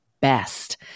best